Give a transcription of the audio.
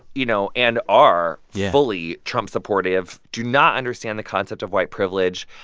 you know, and are fully trump-supportive, do not understand the concept of white privilege.